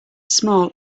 small